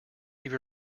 leave